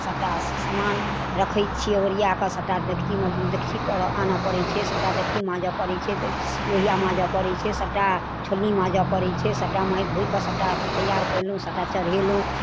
सबटा समान रखै छिए ओरिआकऽ सबटा डेकची आनऽ पड़ै छै सबटा डेकची माँजऽ पड़ै छै लोहिआ माँजऽ पड़ै छै सबटा छोलनी माँजऽ पड़ै छै सबटा माँजि धोइकऽ सबटाके तैआर केलहुँ सबटा चढ़ेलहुँ